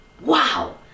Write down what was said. Wow